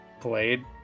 played